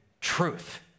truth